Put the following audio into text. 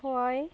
খোৱাই